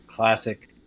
Classic